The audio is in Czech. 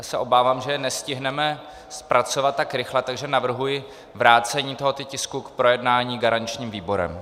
Já se obávám, že je nestihneme zpracovat tak rychle, takže navrhuji vrácení tohoto tisku k projednání garančním výborem.